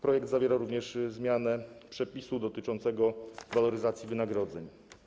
Projekt zawiera również zmianę przepisu dotyczącego waloryzacji wynagrodzeń.